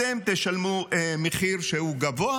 אתם תשלמו מחיר שהוא גבוה,